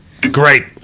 Great